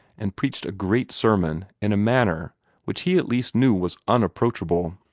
and preached a great sermon in a manner which he at least knew was unapproachable.